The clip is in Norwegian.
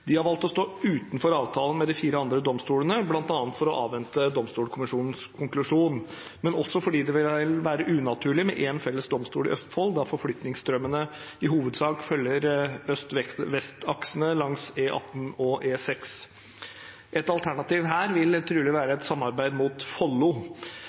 De har valgt å stå utenfor avtalen med de fire andre domstolene, bl.a. for å avvente Domstolkommisjonens konklusjon, men også fordi det vil være unaturlig med én felles domstol i Østfold, da forflytningsstrømmene i hovedsak følger øst–vest-aksene langs E18 og E6. Et alternativ her vil trolig være